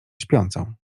śpiącą